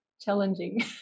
challenging